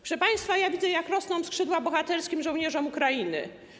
Proszę państwa, widzę, jak rosną skrzydła bohaterskim żołnierzom Ukrainy.